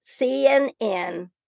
CNN